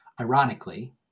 ironically